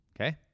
Okay